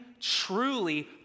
truly